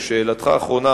3. ולשאלתך האחרונה,